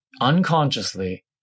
unconsciously